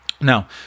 Now